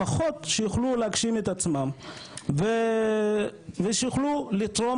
לפחות שיוכלו להגשים את עצמם ושיוכלו לתרום